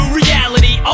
reality